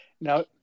Now